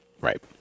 Right